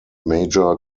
major